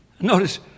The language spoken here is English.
Notice